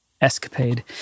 escapade